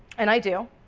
and i do.